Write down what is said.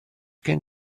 gen